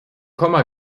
komma